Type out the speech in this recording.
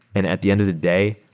and at the end of the day,